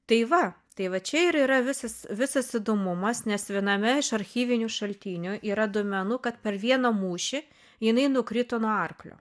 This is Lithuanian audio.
tai va tai va čia ir yra visas visas įdomumas nes viename iš archyvinių šaltinių yra duomenų kad per vieną mūšį jinai nukrito nuo arklio